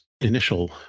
initial